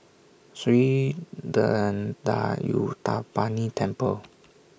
Sri Thendayuthapani Temple